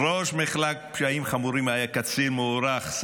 פשעים חמורים, היה קצין מוערך.